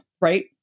right